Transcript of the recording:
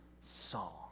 song